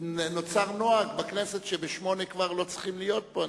נוצר נוהג בכנסת שבשעה 20:00 כבר לא צריכים להיות פה.